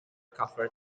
covered